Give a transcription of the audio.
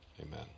Amen